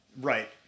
Right